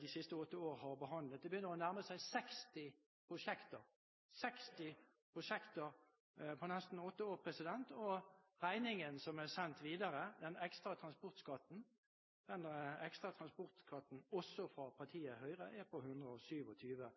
de siste åtte årene har behandlet. Det begynner å nærme seg 60 prosjekter – 60 prosjekter på nesten åtte år – og regningen som er sendt videre, den ekstra transportskatten, også fra partiet Høyre, er på